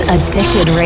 Addicted